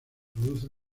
produce